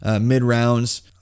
mid-rounds